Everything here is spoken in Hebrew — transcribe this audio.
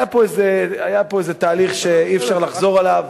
היה פה איזה תהליך שאי-אפשר לחזור עליו.